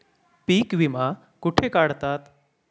पीक विमा कुठे काढतात?